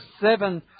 seven